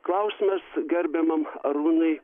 klausimas gerbiamam arūnui